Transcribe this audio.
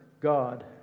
God